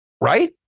right